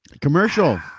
Commercial